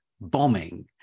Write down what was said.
bombing